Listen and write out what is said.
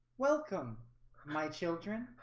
welcome my children.